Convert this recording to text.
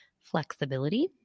flexibility